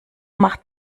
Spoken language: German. macht